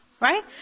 Right